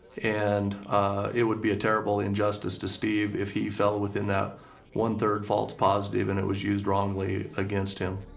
and it would be a terrible injustice to steve if he fell within that one three false positive and it was used wrongly against him.